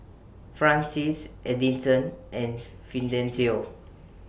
Francies Edison and Fidencio